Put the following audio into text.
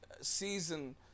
season